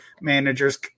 managers